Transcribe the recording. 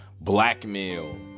blackmail